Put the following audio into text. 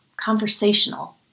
conversational